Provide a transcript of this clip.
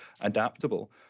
adaptable